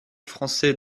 français